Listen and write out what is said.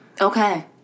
Okay